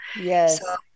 Yes